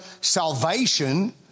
salvation